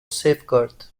safeguard